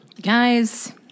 Guys